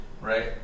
Right